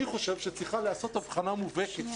אני חושב שצריכה להיעשות הבחנה מובהקת